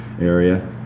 area